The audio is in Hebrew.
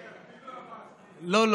לא,